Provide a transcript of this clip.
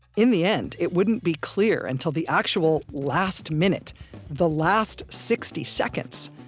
in the end, it wouldn't be clear until the actual last minute the last sixty seconds!